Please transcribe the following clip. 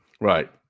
Right